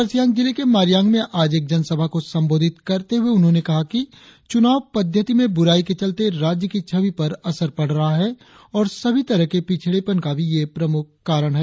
अपर सियांग जिले के मारियांग में आज एक जनसभा को संबोधित करते हुए उन्होंने कहा कि चुनाव पद्धति में बुराई के चलते राज्य की छवि पर असर पड़ रहा है और सभी तरह के पिछड़ेपन का भी ये प्रमुख कारण है